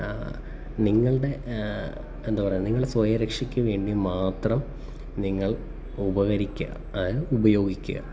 നിങ്ങളുടെ എന്താ പറയുക നിങ്ങളുടെ സ്വയ രക്ഷക്കു വേണ്ടി മാത്രം നിങ്ങൾ ഉപകരിക്കുക അതായത് ഉപയോഗിക്കുക